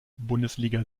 bundesliga